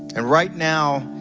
and right now,